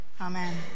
Amen